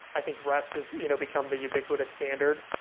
i think rest has you know become the ubiquitous standard.